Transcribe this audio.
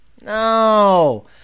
No